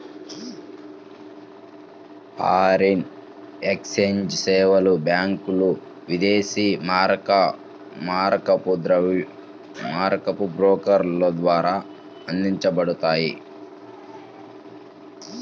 foreign exchange సేవలు బ్యాంకులు, విదేశీ మారకపు బ్రోకర్ల ద్వారా అందించబడతాయి